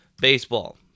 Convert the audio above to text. baseball